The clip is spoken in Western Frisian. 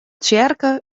tsjerke